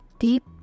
deep